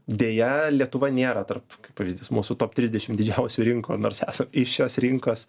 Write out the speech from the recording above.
deja lietuva nėra tarp kaip pavyzdys mūsų top trisdešim didžiausių rinkų nors esam iš šios rinkos